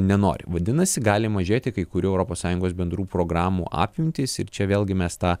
nenori vadinasi gali mažėti kai kurių europos sąjungos bendrų programų apimtys ir čia vėlgi mes tą